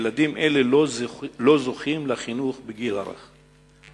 ילדים אלה לא זוכים לחינוך בגיל הרך,